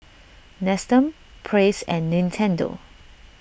Nestum Praise and Nintendo